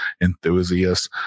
enthusiasts